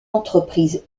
entreprise